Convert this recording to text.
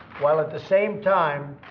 while at the same time,